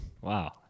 wow